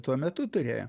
tuo metu turėjo